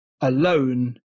alone